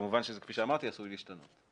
כמובן, כפי שאמרתי, זה עשוי להשתנות.